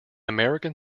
american